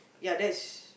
ya that is